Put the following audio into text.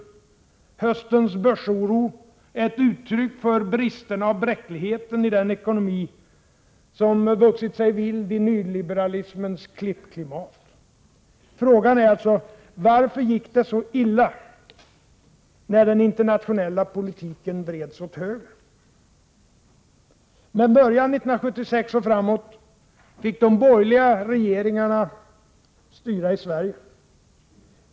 Höstens börsoro är ett uttryck för bristerna och bräckligheten i den ekonomi som vuxit sig vild i nyliberalis mens klippklimat. Frågan blir alltså: Varför gick det så illa, när den internationella politiken vreds åt höger? 1976 och framåt fick de borgerliga regeringarna styra i Sverige.